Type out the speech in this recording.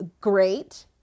Great